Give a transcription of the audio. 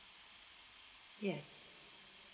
yes